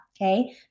okay